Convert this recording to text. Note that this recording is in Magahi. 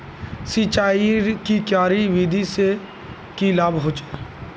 सिंचाईर की क्यारी विधि से की लाभ होचे?